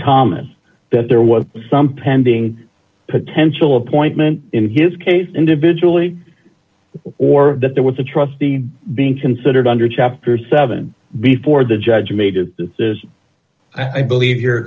thomas that there was some pending potential appointment in his case individually or that there was a trustee being considered under chapter seven before the judge made it this is i believe you're